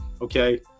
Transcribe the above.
Okay